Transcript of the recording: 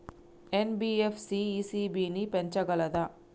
NBFC ECB ని పెంచగలదా?